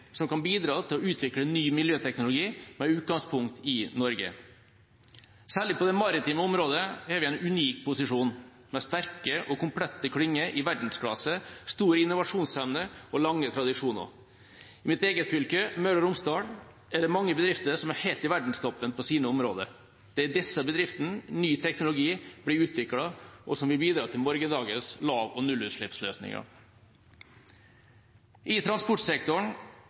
som kan bidra til å utvikle ny miljøteknologi, med utgangspunkt i Norge. Særlig på det maritime området er vi i en unik posisjon, med sterke og komplette klynger i verdensklasse, stor innovasjonsevne og lange tradisjoner. I mitt eget fylke, Møre og Romsdal, er det mange bedrifter som er helt i verdenstoppen på sine områder. Det er i disse bedriftene ny teknologi blir utviklet og som vil bidra til morgendagens lav- og nullutslippsløsninger. I transportsektoren